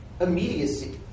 immediacy